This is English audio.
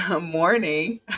morning